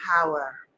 power